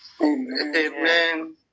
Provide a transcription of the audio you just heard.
Amen